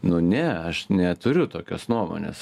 nu ne aš neturiu tokios nuomonės